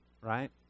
right